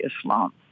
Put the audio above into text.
Islam